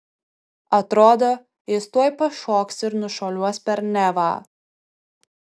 atrodo jis tuoj pašoks ir nušuoliuos per nevą